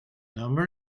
number